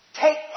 Take